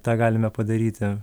tą galime padaryti